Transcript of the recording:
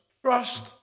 trust